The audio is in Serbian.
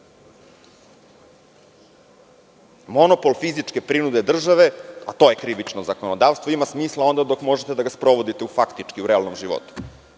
fizičke prinude države, a to je krivično zakonodavstvo ima smisla onda dok možete da ga sprovodite u faktički realnom životu.